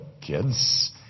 kids